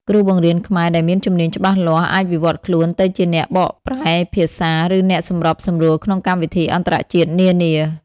គ្រូបង្រៀនខ្មែរដែលមានជំនាញច្បាស់លាស់អាចវិវត្តខ្លួនទៅជាអ្នកបកប្រែភាសា ឬអ្នកសម្របសម្រួលក្នុងកម្មវិធីអន្តរជាតិនានា។